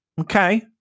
Okay